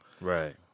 right